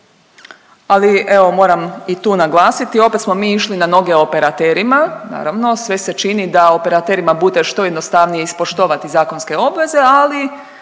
ali evo moram i tu naglasiti opet smo mi išli na noge operaterima, naravno. Sve se čini da operaterima bude što jednostavnije ispoštovati zakonske obveze ali,